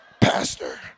Pastor